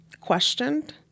questioned